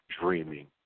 dreaming